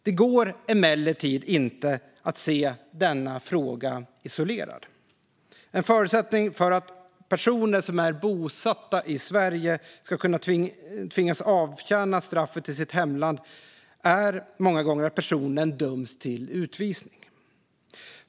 Det går emellertid inte att se denna fråga isolerad. En förutsättning för att personer som är bosatta i Sverige ska kunna tvingas avtjäna straffet i sitt hemland är många gånger att personen döms till utvisning.